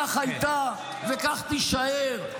כך הייתה וכך תישאר,